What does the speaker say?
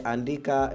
Andika